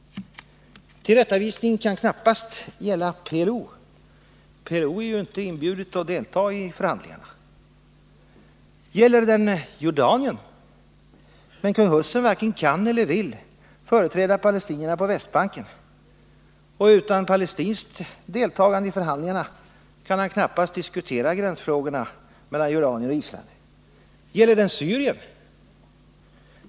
Tillrättavisningen kan knappast gälla PLO. PLO är ju inte inbjudet att delta i förhandlingarna. Gäller den Jordanien? Men kung Hussein varken kan eller vill företräda palestinierna på Västbanken, och utan palestinskt deltagande i förhandlingarna kan han knappast diskutera frågan om gränser mellan Jordanien och Israel. Gäller den Syrien?